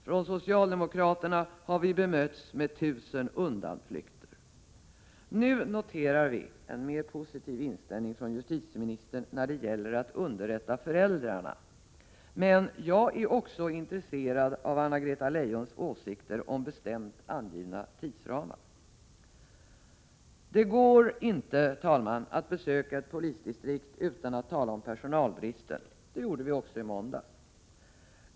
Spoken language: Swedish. Från socialdemokraterna har vi bemötts av tusen undanflykter. Nu noterar vi en mer positiv inställning från justitieministern när det gäller att underrätta föräldrarna. Jag är också intresserad av Anna-Greta Leijons åsikter om bestämt angivna tidsramar. Herr talman! Det går naturligtvis inte att besöka ett polisdistrikt utan att tala om personalbristen, och det gjorde vi även i måndags.